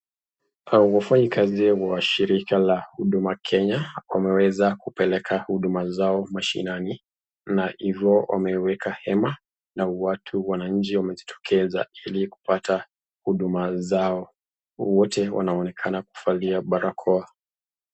Wafanyikazi wa shirika la Huduma Kenya wameweza kupeleka huduma zao mashinani na hivo wameweka hema na watu wananchi wamejitokezaa ili kupata huduma zao. Wote wanaonekana kuvalia barakoa.